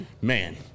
Man